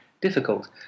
difficult